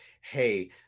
hey